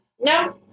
No